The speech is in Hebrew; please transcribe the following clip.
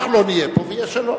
אנחנו לא נהיה פה ויהיה שלום.